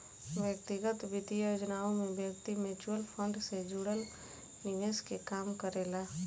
व्यक्तिगत वित्तीय योजनाओं में व्यक्ति म्यूचुअल फंड से जुड़ल निवेश के काम करेला